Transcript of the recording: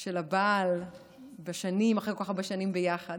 של הבעל אחרי כל כך הרבה שנים ביחד.